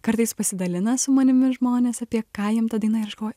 kartais pasidalina su manimi žmonės apie ką jiem ta daina ir aš galvoju